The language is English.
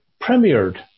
premiered